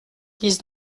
dix